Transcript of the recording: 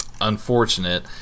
unfortunate